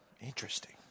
Interesting